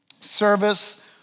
service